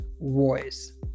voice